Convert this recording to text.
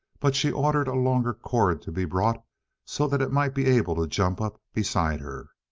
but she ordered a longer cord to be brought so that it might be able to jump up beside her.